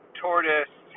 tortoise